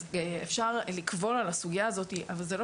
אז אפשר לקבול על הסוגייה הזאת אבל זה לא